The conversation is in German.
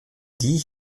die